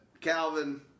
Calvin